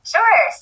Sure